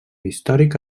històric